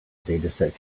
dataset